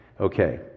Okay